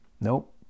Nope